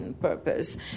purpose